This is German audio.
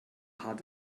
hart